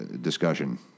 discussion